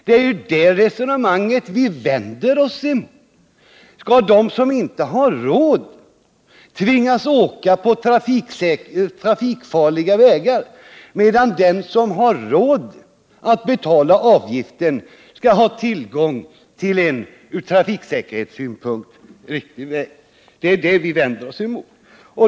Det är ju det resonemanget som vi vänder oss emot. Skall de som inte har råd att betala vägavgiften tvingas använda trafikfarliga vägar, medan de som har råd att betala skall ha tillgång till en ur trafiksäkerhetssynpunkt bra väg?